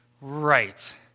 right